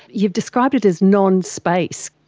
you've described it as non-space.